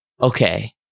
okay